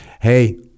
hey